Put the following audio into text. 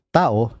tao